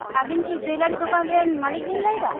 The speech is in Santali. ᱟᱹᱵᱤᱱ ᱠᱤ ᱡᱩᱭᱮᱞᱟᱹᱨᱤ ᱫᱟᱠᱟᱱ ᱨᱮᱱ ᱢᱟᱹᱞᱤᱠ ᱵᱮᱱ ᱞᱟᱹᱭᱮᱫᱟ